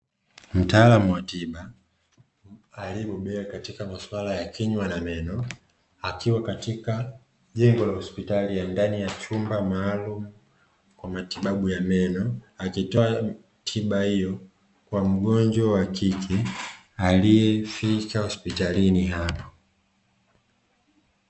Mtaalamu wa tiba aliyebobea katika maswala ya kinywa na meno, akiwa katika jengo la hospitali ndani ya chumba maalumu kwa matibabu ya meno, akitoa tiba hiyo kwa mgonjwa wa kike, aliyefika hospitalini hapo.